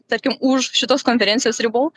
tarkim už šitos konferencijos ribų